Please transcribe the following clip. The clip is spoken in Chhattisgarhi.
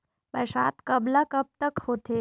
बरसात कब ल कब तक होथे?